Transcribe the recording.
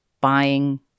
buying